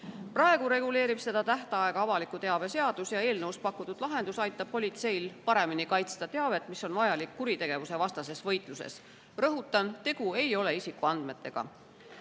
Praegu reguleerib seda tähtaega avaliku teabe seadus. Eelnõus pakutud lahendus aitab politseil paremini kaitsta teavet, mis on vajalik kuritegevusevastases võitluses. Rõhutan, et tegu ei ole isikuandmetega.